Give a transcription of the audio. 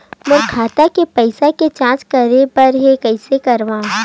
मोर खाता के पईसा के जांच करे बर हे, कइसे करंव?